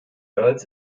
earls